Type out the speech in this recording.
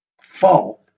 fall